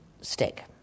stick